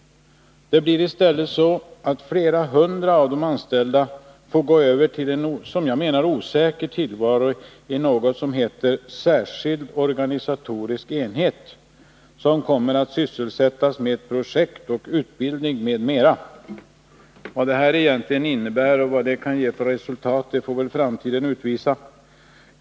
Det blir i stället så, att flera hundra av de anställda får gå över till en som jag menar osäker tillvaro i något som heter ”särskild organisatorisk enhet som kommer att sysselsättas med projektarbeten, utbildningsverksamhet m.m.”. Vad detta egentligen innebär och vad det kan ge för resultat, det får framtiden utvisa.